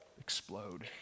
explode